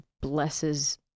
blesses